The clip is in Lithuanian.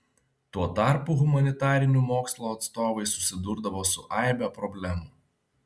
tuo tarpu humanitarinių mokslo atstovai susidurdavo su aibe problemų